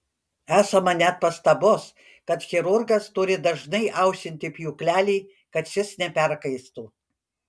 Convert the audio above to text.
esama net pastabos kad chirurgas turi dažnai aušinti pjūklelį kad šis neperkaistų